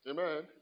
Amen